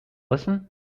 listen